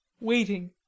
waiting